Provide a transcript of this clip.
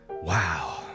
wow